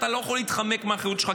אתה לא יכול להתחמק מהאחריות שלך,